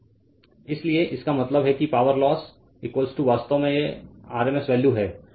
इसलिए इसका मतलब है कि पावर लॉस वास्तव में यह RMS वैल्यू है